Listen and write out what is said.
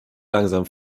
langsam